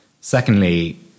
Secondly